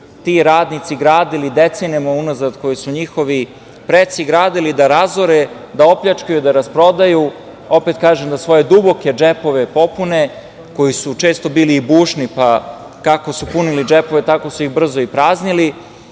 ti radnici gradili decenijama unazad, koja su njihovi preci gradili, da razore, da opljačkaju, da rasprodaju, opet kažem, da svoje duboke džepove popune, koji su često bili i bušni, pa kako su punili džepove, tako su ih brzo i praznili,